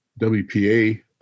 WPA